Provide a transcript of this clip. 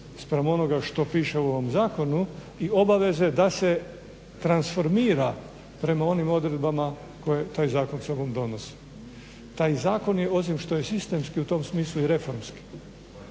spram onoga što piše u ovom zakonu i obaveze da se transformira prema onim odredbama koje taj zakon sobom donosi. Taj zakon je, osim što je sistemski u tom smislu i reformski,